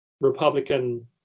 Republican